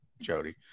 Jody